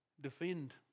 defend